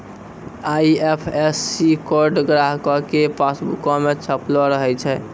IFSC code ग्राहको के पासबुको पे छपलो रहै छै